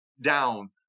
down